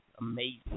Amazing